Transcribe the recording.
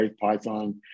Python